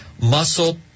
Muscle